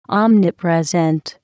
omnipresent